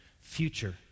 future